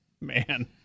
Man